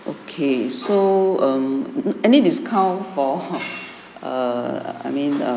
okay so um any discount for err I mean err